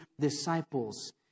disciples